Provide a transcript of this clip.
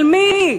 על מי?